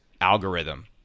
algorithm